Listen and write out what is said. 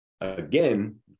Again